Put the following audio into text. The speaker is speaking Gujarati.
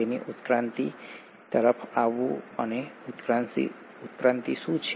તેથી ઉત્ક્રાંતિ તરફ આવવું અને ઉત્ક્રાંતિ શું છે